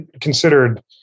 considered